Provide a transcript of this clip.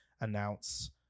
announce